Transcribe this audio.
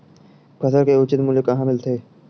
फसल के उचित मूल्य कहां मिलथे?